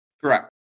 Correct